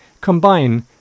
combine